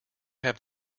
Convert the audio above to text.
have